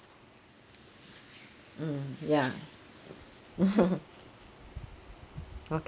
mm ya